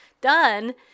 done